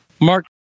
Mark